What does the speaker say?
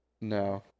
No